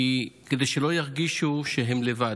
כדי שהם לא ירגישו שהם לבד.